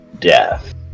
death